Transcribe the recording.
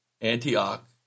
Antioch